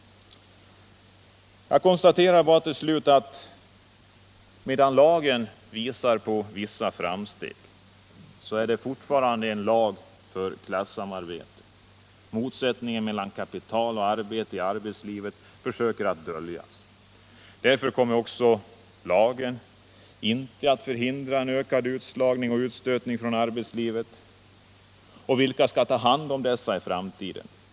Jag konstaterar till slut att även om lagen visar på vissa framsteg, så är den fortfarande en lag för klassamarbete. Motsättningen mellan kapital och arbete i arbetslivet försöker man dölja. Därmed kommer inte heller lagen att förhindra en ökad utslagning och utstötning från arbetslivet. Och vilka skall ta hand om de utslagna i framtiden?